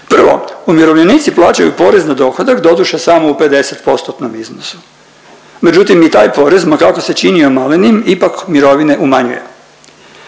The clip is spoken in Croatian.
Prvo, umirovljenici plaćaju porez na dohodak doduše samo u 50%-tnom iznosu međutim i taj porez ma kako se činio malenim ipak mirovine umanjuje.